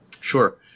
Sure